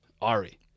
ari